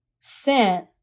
sent